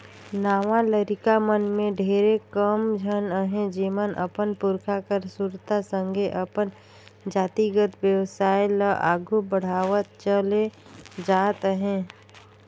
नावा लरिका मन में ढेरे कम झन अहें जेमन अपन पुरखा कर सुरता संघे अपन जातिगत बेवसाय ल आघु बढ़ावत चले जात अहें